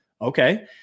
Okay